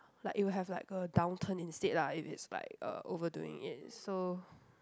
like it would have like a downturn instead lah if it's like uh overdoing it so